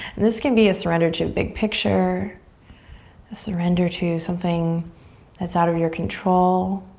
and this can be a surrender to a big picture, a surrender to something that's out of your control.